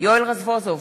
יואל רזבוזוב,